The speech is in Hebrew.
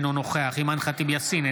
אינו נוכח אימאן ח'טיב יאסין,